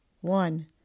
One